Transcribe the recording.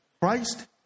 Christ